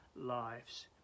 lives